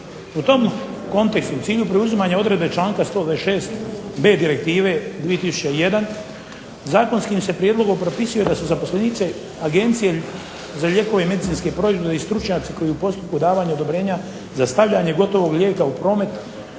U tom kontekstu, cilju u preuzimanju odredbe članka 126.b Direktive 2001 zakonskim se prijedlogom propisuje da su zaposlenici Agencije za lijekove i medicinske proizvode i stručnjaci koji u postupku davanja odobrenja za stavljanje gotovog lijeka u promet